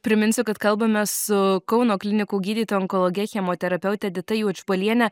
priminsiu kad kalbamės su kauno klinikų gydytoja onkologe chemoterapeute edita juodžbaliene